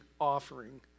offering